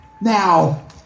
Now